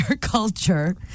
culture